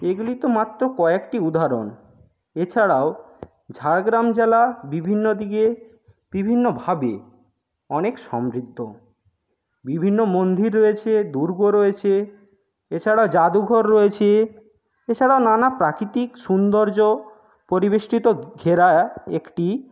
এগুলি তো মাত্র কয়েকটি উদাহরণ এছাড়াও ঝাড়গ্রাম জেলা বিভিন্ন দিকে বিভিন্নভাবে অনেক সমৃদ্ধ বিভিন্ন মন্দির রয়েছে দুর্গ রয়েছে এছাড়া জাদুঘর রয়েছে এছাড়া নানা প্রাকৃতিক সৌন্দর্য পরিবেষ্টিত ঘেরা একটি